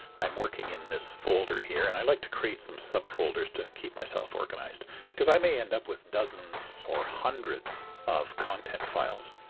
i'm working in this folder here and i like to create some subfolders to keep myself organized because i may end up with dozen or hundreds of content files.